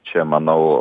čia manau